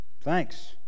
Thanks